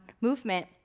movement